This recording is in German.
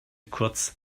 kurz